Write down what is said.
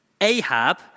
Ahab